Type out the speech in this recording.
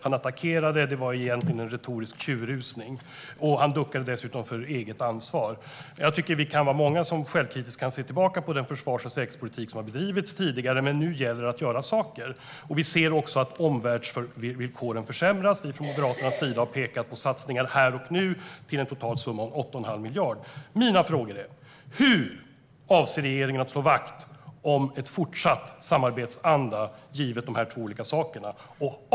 Han attackerade - det var egentligen en retorisk tjurrusning. Han duckade dessutom för eget ansvar. Jag tycker att vi kan vara många som självkritiskt kan se tillbaka på den försvars och säkerhetspolitik som har bedrivits tidigare, men nu gäller det att göra saker. Vi ser också att omvärldsvillkoren försämras. Från Moderaternas sida har vi pekat på satsningar här och nu för en total summa om 8 1⁄2 miljard. Mina frågor är: Hur avser regeringen att slå vakt om en fortsatt samarbetsanda givet de här två olika sakerna?